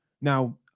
Now